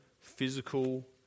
physical